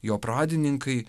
jo pradininkai